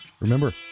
Remember